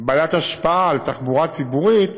בעלת השפעה על תחבורה ציבורית,